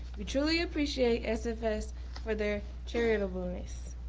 we truly appreciate sfs for their charitableness.